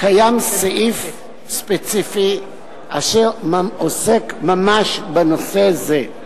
קיים סעיף ספציפי אשר עוסק ממש בנושא זה.